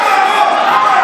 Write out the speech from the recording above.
תתביישו.